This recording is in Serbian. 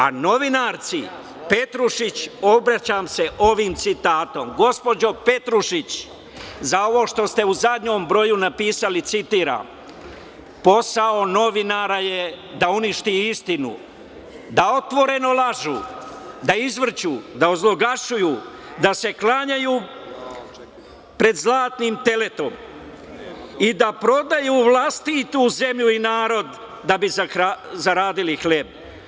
A, novinarici Petrušić obraćam se ovim citatom, gospođo Petrušić, za ovo što ste u zadnjem broju napisali, citiram - posao novinara je da uništi istinu, da otvoreno lažu, da izvrću, da ozloglašuju, da se klanjaju pred zlatnim teletom i da prodaju vlastitu zemlju i narod da bi zaradili hleb.